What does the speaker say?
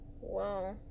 wow